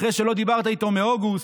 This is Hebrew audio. אחרי שלא דיברת איתו מאוגוסט,